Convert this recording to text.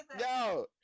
Yo